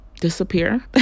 disappear